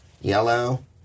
yellow